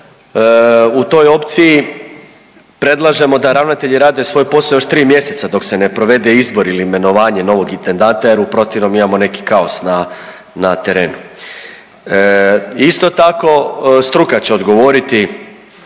u toj opciji predlažemo da ravnatelji rade svoj posao još 3 mjeseca dok se ne provede izbor ili imenovanje novog intendanta jer u protivnom imamo neki kaos na, na terenu. Isto tako, struka će odgovoriti